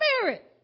Spirit